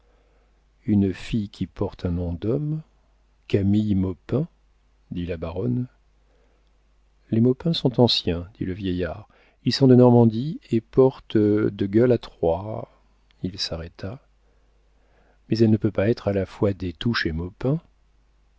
une fille qui porte un nom d'homme camille maupin dit la baronne les maupin sont anciens dit le vieillard ils sont de normandie et portent de gueules à trois il s'arrêta mais elle ne peut pas être à la fois des touches